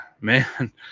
Man